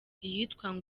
iyitwa